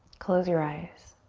close your eyes.